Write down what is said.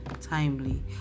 timely